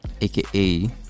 aka